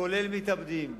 כולל מתאבדים.